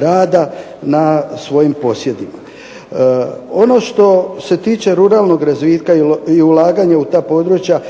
rada na svojim posjedima. Ono što se tiče ruralnog razvitka i ulaganja u ta područja,